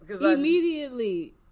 Immediately